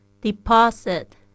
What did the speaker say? deposit